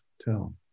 tell